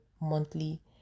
Monthly